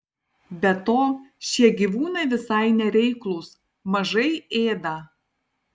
be to šie gyvūnai visai nereiklūs mažai ėda